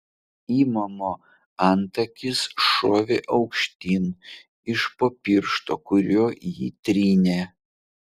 imamo antakis šovė aukštyn iš po piršto kuriuo jį trynė